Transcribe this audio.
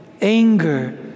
anger